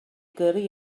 gyrru